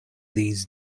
these